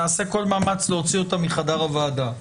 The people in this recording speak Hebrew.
נעשה כל מאמץ להוציא אותן מחדר הוועדה.